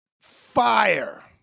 fire